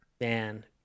Man